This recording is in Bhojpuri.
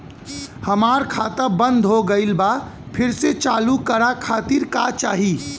हमार खाता बंद हो गइल बा फिर से चालू करा खातिर का चाही?